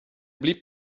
blieb